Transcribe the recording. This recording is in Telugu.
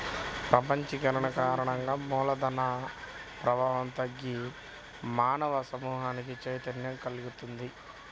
ప్రపంచీకరణ కారణంగా మూల ధన ప్రవాహం తగ్గి మానవ సమూహానికి చైతన్యం కల్గుతున్నది